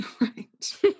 Right